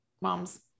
moms